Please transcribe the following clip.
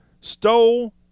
stole